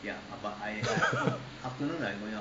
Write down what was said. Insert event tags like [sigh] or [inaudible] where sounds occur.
[laughs]